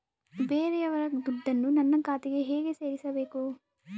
ಬೇರೆಯವರ ದುಡ್ಡನ್ನು ನನ್ನ ಖಾತೆಗೆ ಹೇಗೆ ಸೇರಿಸಬೇಕು?